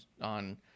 on